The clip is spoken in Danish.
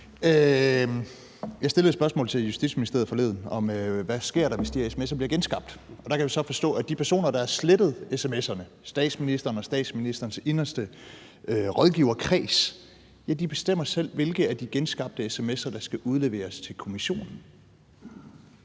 Jeg stillede et spørgsmål til Justitsministeriet forleden om, hvad der sker, hvis de her sms'er bliver genskabt. Og der kan jeg så forstå, at de personer, der har slettet sms'erne, statsministeren og statsministerens inderste rådgiverkreds, bestemmer selv, hvilke af de genskabte sms'er der skal udleveres til kommissionen.